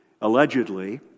allegedly